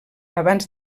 abans